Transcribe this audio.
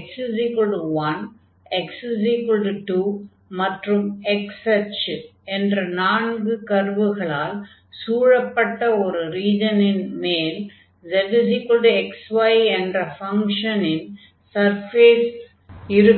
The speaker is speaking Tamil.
x1 x2 மற்றும் x அச்சு என்ற நான்கு கர்வுகளால் சூழப்பட்ட ஒரு ரீஜனின் மேல் zx y என்ற ஃபங்ஷனின் சர்ஃபேஸ் இருக்கும்